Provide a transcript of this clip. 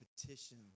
petition